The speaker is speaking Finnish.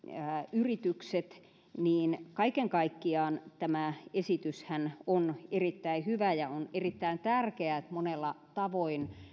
yritykset niin kaiken kaikkiaan tämä esityshän on erittäin hyvä ja on erittäin tärkeää että monella tavoin